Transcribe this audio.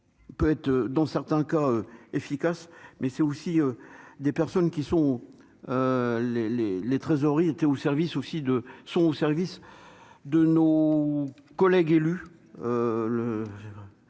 peut être dans certains cas, efficace, mais c'est aussi des personnes qui sont les, les, les trésoreries était au service aussi de son service de nos collègues élus